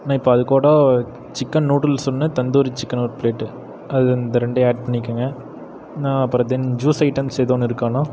நான் இப்போ அது கூட சிக்கன் நூடுல்ஸ் ஒன்று தந்தூரி சிக்கன் ஒரு பிளேட்டு அது அந்த ரெண்டு ஆட் பண்ணிக்கிங்க நான் அப்புறம் தென் ஜூஸ் ஐட்டம்ஸ் எதுவும் இருக்காண்ணா